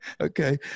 Okay